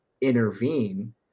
intervene